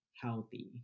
healthy